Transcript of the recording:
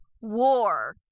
war